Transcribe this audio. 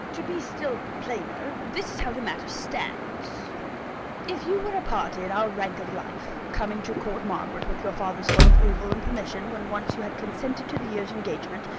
to be still plainer, this is how the matter stands if you were a party in our rank of life, coming to court margaret with your father's full approval and permission when once you had consented to the year's engagement,